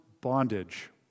bondage